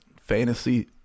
fantasy